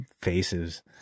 faces